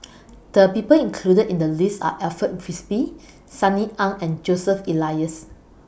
The People included in The list Are Alfred Frisby Sunny Ang and Joseph Elias